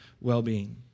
well-being